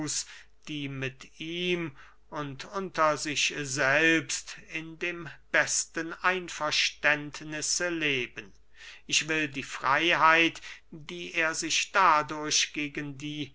die mit ihm und unter sich selbst in dem besten einverständnisse leben ich will die freyheit die er sich dadurch gegen die